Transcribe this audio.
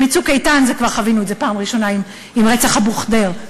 ב"צוק איתן" חווינו את זה בפעם הראשונה עם רצח אבו ח'דיר.